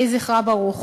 יהי זכרה ברוך.